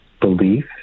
belief